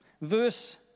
Verse